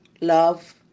love